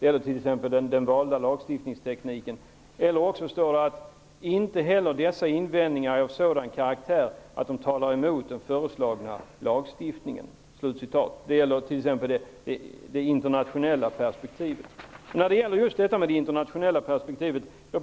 Vidare står det när det gäller t.ex. det internationella perspektivet: ''Inte heller dessa invändningar är av sådan karaktär att de talar emot den föreslagna lagstiftningen.'' Jag vill åter bolla tillbaka en fråga till Maj-Lis Lööw om det internationella perspektivet.